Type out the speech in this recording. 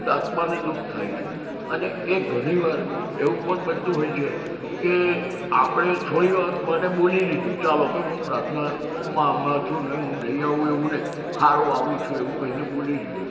આત્માને દુઃખ થાય છે અને એ ઘણી વાર એવું પણ બનતું હોય હે કે આપણે થોડી વાર માટે બોલી ચાલો કે ચાલો હું પ્રાર્થના માં હમણાં છું ને હું નહીં આવું એવું નહીં સારું આવું છું એવું કહીને બોલી લીધું